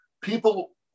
People